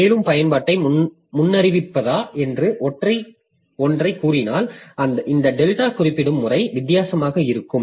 மேலும் பயன்பாட்டை முன்னறிவிப்பதா என்று ஒன்றைக் கூறினால் இந்த டெல்டா குறிப்பிடும் முறை வித்தியாசமாக இருக்கும்